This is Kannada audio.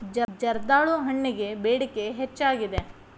ಜರ್ದಾಳು ಹಣ್ಣಗೆ ಬೇಡಿಕೆ ಹೆಚ್ಚಾಗಿದೆ